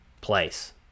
place